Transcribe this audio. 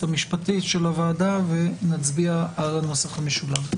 המשפטית של הוועדה ואחר כך נצביע על הנוסח המשולב.